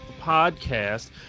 podcast